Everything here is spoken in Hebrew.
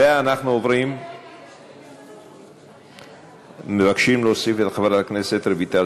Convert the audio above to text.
ואנחנו עוברים, רגע, רגע, רגע.